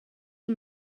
you